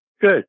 good